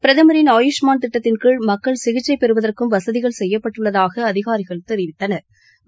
பிரதமின் ஆயூஷ்மான் திட்டத்தின் கீழ் மக்கள் சிகிச்சை பெறுவதற்கும் வசதிகள் செய்யப்பட்டுள்ளதாக அதிகாரிகள் தெரிவித்தனா்